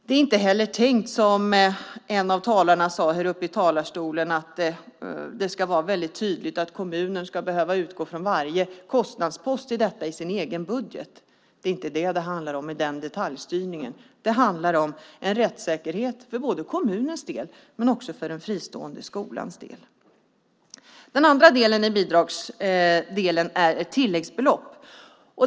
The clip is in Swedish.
Det är inte heller tänkt så som en av talarna häruppe i talarstolen sade att det ska vara tydligt att kommunen ska behöva utgå från varje kostnadspost i detta i sin egen budget. Det är inte den detaljstyrningen det handlar om. Det handlar om en rättssäkerhet både för kommunens del och för den fristående skolans del. Den andra delen av bidraget är ett tilläggsbelopp.